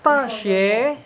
which one learn more